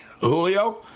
Julio